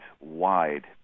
wide